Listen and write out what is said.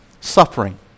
Suffering